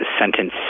sentence